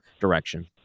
direction